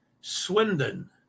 Swindon